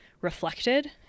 reflected